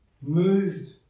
moved